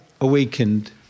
awakened